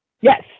Yes